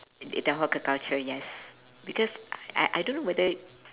the hawker culture yes because I I don't know whether